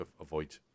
avoid